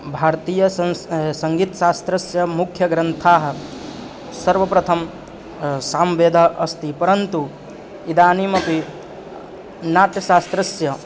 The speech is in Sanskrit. भारतीयसंस् सङ्गीतशास्त्रस्य मुख्यग्रन्थाः सर्वप्रथमं सामवेदः अस्ति परन्तु इदानीमपि नाट्यशास्त्रस्य